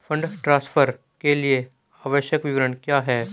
Fund transfer के लिए आवश्यक विवरण क्या हैं?